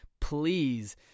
please